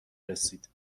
رسید